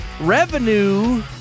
revenue